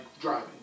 driving